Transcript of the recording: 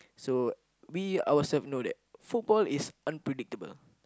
so we also know that football is unpredictable